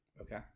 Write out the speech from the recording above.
Okay